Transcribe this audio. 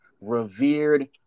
revered